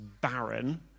barren